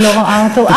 אני לא רואה אותו.